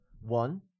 One